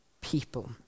people